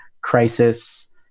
crisis